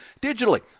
digitally